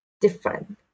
different